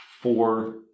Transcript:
four